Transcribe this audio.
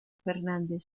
fernández